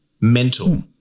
mental